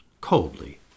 coldly